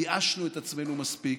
ייאשנו את עצמנו מספיק.